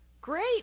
Great